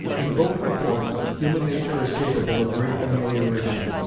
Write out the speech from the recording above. in both the points, human nature is capable of great amelioration.